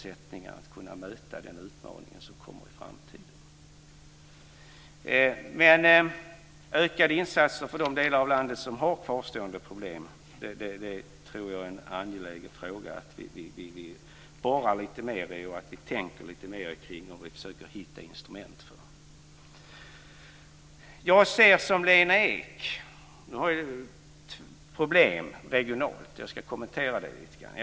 Ökade insatser för de delar av landet som har kvarstående problem är en angelägen fråga att vi borrar lite mer i, tänker lite mer kring och försöker att hitta instrument för. Det finns problem regionalt, som Lena Ek säger. Jag ska kommentera det lite grann.